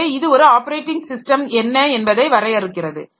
எனவே இது ஒரு ஆப்பரேட்டிங் ஸிஸ்டம் என்ன என்பதை வரையறுக்கிறது